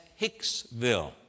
Hicksville